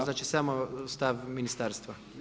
Znači samo stav ministarstva.